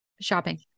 Shopping